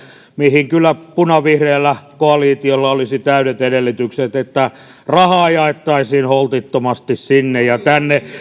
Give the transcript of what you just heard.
mihin kyllä punavihreällä koalitiolla olisi täydet edellytykset että rahaa jaettaisiin holtittomasti sinne ja tänne